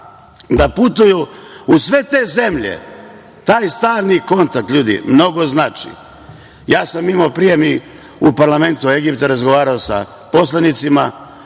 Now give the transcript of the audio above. da putuju u sve te zemlje. Taj stalni kontakt, ljudi, mnogo znači. Ja sam imao prijem i u parlamentu Egipta. Razgovarao sam sa